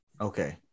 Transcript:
okay